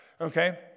Okay